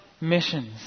missions